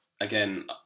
again